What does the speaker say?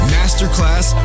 Masterclass